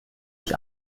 ich